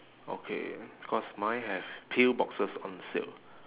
okay because mine have pill boxes on sale